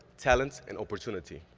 talent, and opportunity.